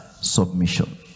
submission